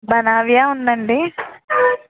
బనావ్య ఉందండి